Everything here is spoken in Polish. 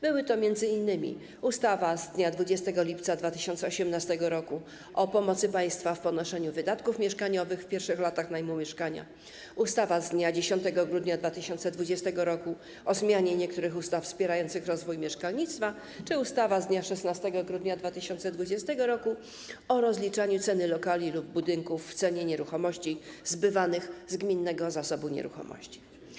Były to m.in. ustawa z dnia 20 lipca 2018 r. o pomocy państwa w ponoszeniu wydatków mieszkaniowych w pierwszych latach najmu mieszkania, ustawa z dnia 10 grudnia 2020 r. o zmianie niektórych ustaw wspierających rozwój mieszkalnictwa czy ustawa z dnia 16 grudnia 2020 r. o rozliczaniu ceny lokali lub budynków w cenie nieruchomości zbywanych z gminnego zasobu nieruchomości.